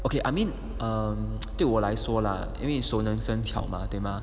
okay I mean um 对我来说啦因为熟能生巧嘛对吗